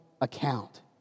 account